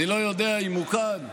אני לא יודע אם הוא כאן.